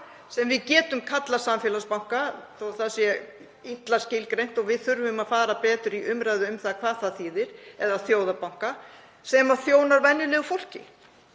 sem við getum kallað samfélagsbanka, þó að það sé illa skilgreint og við þurfum að fara betur í umræðu um hvað það þýðir, eða þjóðarbanka sem þjónar venjulegu fólki